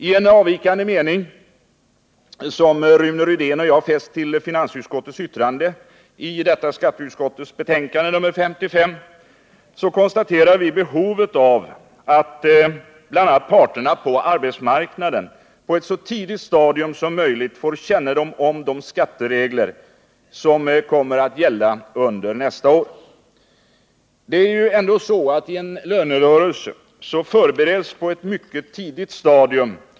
I en avvikande mening, som Rune Rydén och jag fäst vid finansutskottets yttrande till skatteutskottets betänkande 55, konstaterar vi behovet av att bl.a. parterna på arbetsmarknaden på ett så tidigt stadium som möjligt får kännedom om de skatteregler som kommer att gälla under nästa år. Det är ju ändå så att en lönerörelse förbereds på ett mycket tidigt stadium.